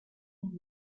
and